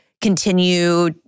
continue